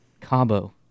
Cabo